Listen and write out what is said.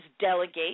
delegate